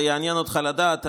זה יעניין אותך לדעת,